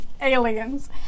aliens